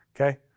Okay